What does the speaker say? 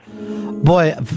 boy